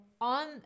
on